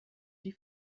die